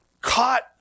Caught